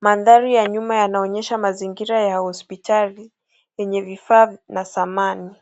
Mandhari ya nyuma yanaonyesha mazingira ya hospitali yenye vifaa na samani.